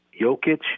Jokic